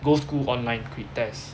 go school online qui~ test